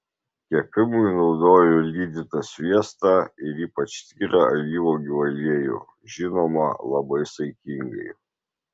kepimui naudoju lydytą sviestą ir ypač tyrą alyvuogių aliejų žinoma labai saikingai